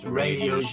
radio